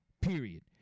period